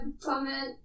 comment